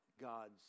God's